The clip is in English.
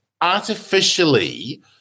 artificially